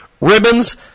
Ribbons